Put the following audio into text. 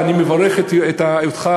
ואני מברך אותך,